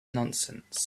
nonsense